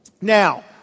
Now